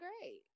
great